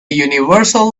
universal